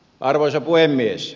arvoisa puhemies